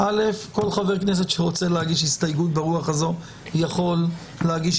כל חבר כנסת שרוצה להגיש הסתייגות ברוח הזאת יכול להגיש,